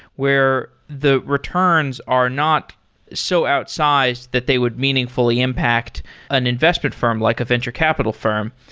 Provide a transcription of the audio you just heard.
where the returns are not so outsized that they would meaningfully impact an investment firm like a venture capital firm.